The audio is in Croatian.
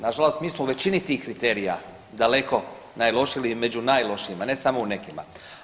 Nažalost, mi smo u većini tih kriterija daleko najlošiji ili među najlošijima ne samo u nekima.